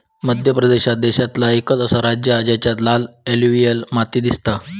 मध्य प्रदेश देशांतला एकंच असा राज्य हा जेच्यात लाल एलुवियल माती दिसता